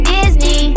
Disney